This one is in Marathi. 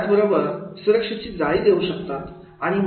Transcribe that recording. त्याचबरोबर सुरक्षेची जाळी देऊ शकतात